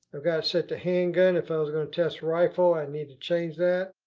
i've got it set to handgun. if i was going to test rifle, i need to change that.